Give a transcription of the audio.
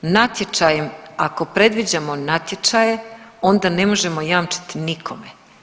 Natječajem ako predviđamo natječaje onda ne možemo jamčiti nikome.